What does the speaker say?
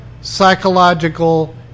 psychological